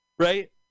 right